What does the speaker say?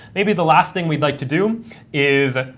maybe the last thing we'd like to do is